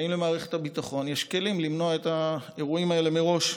האם למערכת הביטחון יש כלים למנוע את האירועים האלה מראש,